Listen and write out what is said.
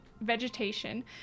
vegetation